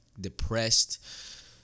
depressed